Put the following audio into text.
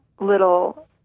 little